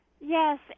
Yes